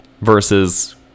versus